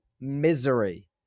misery